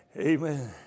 Amen